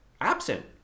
absent